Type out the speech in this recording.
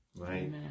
Right